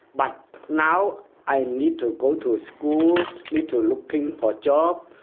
but now i need to go to school, need to look and for job,